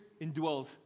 indwells